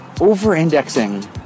Over-indexing